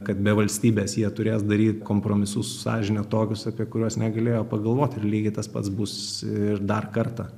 kad be valstybės jie turės daryti kompromisus su sąžine tokius apie kuriuos negalėjo pagalvot ir lygiai tas pats bus ir dar kartą